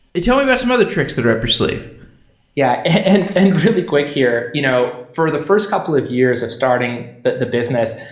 tell me about some other tricks that are up your sleeve yeah, and and really quick here. you know for the first couple of years of starting the the business,